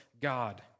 God